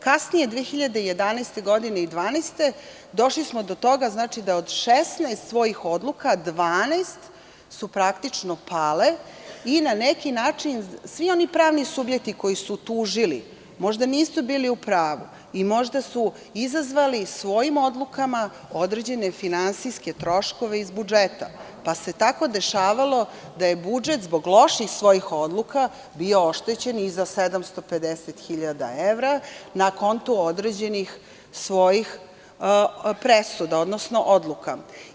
Kasnije, 2011. godine i 2012. godine došli smo do toga da od 16 svojih odluka, 12 je praktično palo, i na neki način svi oni pravni subjekti koji su služili, možda nisu bili u pravu i možda su izazvali svojim odlukama određene finansijske troškove iz budžeta, pa se tako dešavalo da je budžet zbog svojih loših odluka bio oštećen za 750 hiljada evra, na kontu određenih svojih presuda, odnosno odluka.